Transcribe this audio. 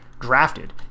drafted